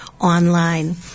online